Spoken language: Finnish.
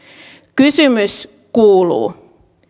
kysymys kuuluu